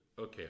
Okay